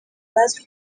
bazwi